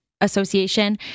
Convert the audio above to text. Association